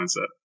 mindset